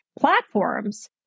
platforms